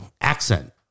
accent